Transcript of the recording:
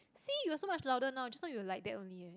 see you're so much louder now just now you're like that only eh